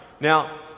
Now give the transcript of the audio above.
Now